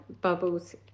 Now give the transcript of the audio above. bubbles